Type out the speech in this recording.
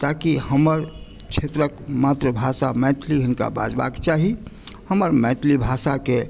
ताकि हमर क्षेत्रक मातृभाषा मैथिली हिनका बजबाक चाही हमर मैथिली भाषाकेँ